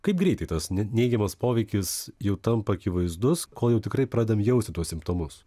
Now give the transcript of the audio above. kaip greitai tas ne neigiamas poveikis jau tampa akivaizdus kol jau tikrai pradedam jausti tuos simptomus